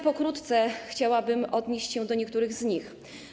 Pokrótce chciałabym odnieść się do niektórych z nich.